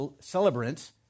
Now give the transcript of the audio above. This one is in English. celebrants